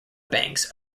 banks